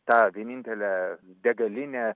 tą vienintelę degalinę